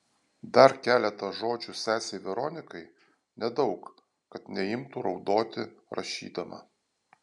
dar keletą žodžių sesei veronikai nedaug kad neimtų raudoti rašydama